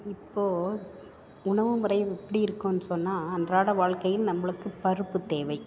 இப்போது உணவு முறை எப்படி இருக்கும்னு சொன்னால் அன்றாட வாழ்க்கையில் நம்மளுக்கு பருப்பு தேவை